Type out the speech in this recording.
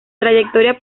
trayectoria